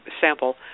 sample